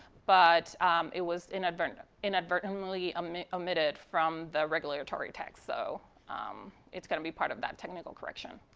but it was inadvertently inadvertently um omitted from the regulatory text, so it's going to be part of that technical correction.